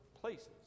places